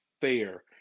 fair